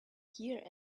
here